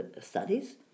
studies